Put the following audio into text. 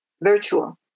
virtual